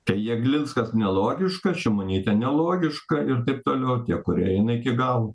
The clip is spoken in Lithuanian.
tai jeglinskas nelogiška šimonytė nelogiška ir taip toliau ir tie kurie eina iki galo